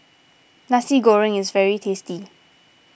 Nasi Goreng is very tasty